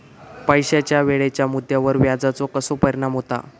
पैशाच्या वेळेच्या मुद्द्यावर व्याजाचो कसो परिणाम होता